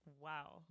Wow